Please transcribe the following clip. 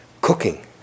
cooking